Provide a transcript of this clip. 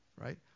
right